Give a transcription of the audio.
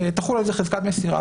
ותחול על זה חזקת מסירה,